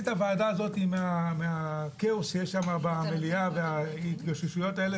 את הוועדה הזאתי מהכאוס שיש במליאה ומההתגוששויות האלה,